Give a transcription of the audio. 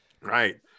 Right